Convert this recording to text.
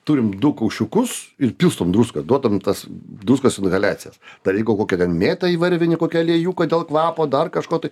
turim du kaušiukus ir pilstom druską duodam tas druskos inhaliacijas dar jeigu kokią ten mėtą įvarvini kokį aliejuką dėl kvapo dar kažko tai